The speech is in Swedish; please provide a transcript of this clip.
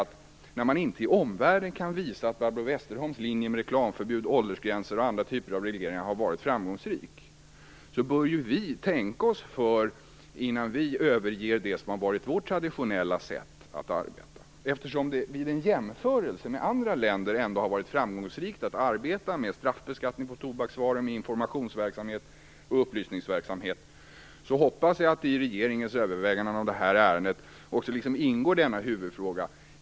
Men när man inte i omvärlden kan visa att Barbro Westerholms linje med reklamförbud, åldersgränser och andra typer av regleringar har varit framgångsrik bör vi tänka oss för innan vi överger vårt traditionella sätt att arbeta. Vid en jämförelse med andra länder visar det sig ändå att det har varit framgångsrikt att arbeta med straffbeskattning på tobaksvaror, informationsverksamhet och upplysningsverksamhet. Jag hoppas att man i regeringens överväganden i detta ärende också tar med denna huvudfråga.